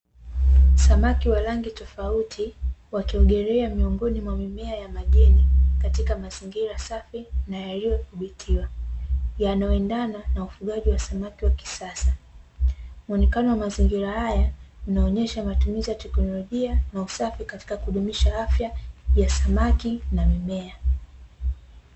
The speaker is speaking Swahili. Samaki wa rangi tofauti wakiogelea, miongoni mwa mimea yamageni, katika mazingira safi na yaliyo dhibitiwa. Yanayo endana na ufugaji wa samaki wa kisasa. Muonekano wa mazingira haya, inaonesha matumizi ya teknolojia na usafi, katika kudumisha afya ya samaki na mimea.